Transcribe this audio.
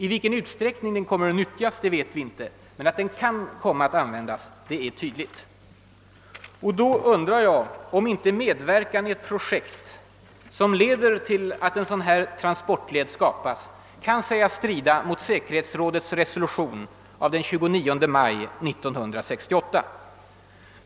I vilken utsträckning den kommer att utnyttjas vet vi inte. Men möjligheten att den kommer att användas är tydlig. Och då undrar jag om inte medverkan i ett projekt som leder till att en sådan transportled skapas kan sägas strida mot säkerhetsrådets resolution av den 29 maj 1968.